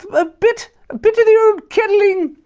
a bit a bit of the old kettling.